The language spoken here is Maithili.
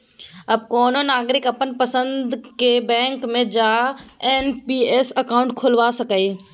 आब कोनो नागरिक अपन पसंदक बैंक मे जा एन.पी.एस अकाउंट खोलबा सकैए